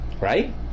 right